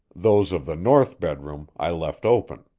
those of the north bedroom i left open.